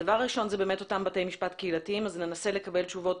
הדבר הראשון הוא אותם בתי משפט קהילתיים וננסה לקבל תשובות